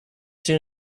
soon